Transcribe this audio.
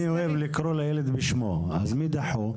אני אוהב לקרוא לילד בשמו, אז מי דחו?